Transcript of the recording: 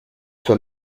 für